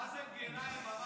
מאזן גנאים אמר